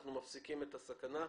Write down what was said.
אנחנו מפסיקים את הסכנה.